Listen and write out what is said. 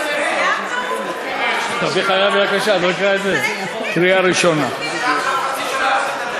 רבי יצחק, חצי שנה,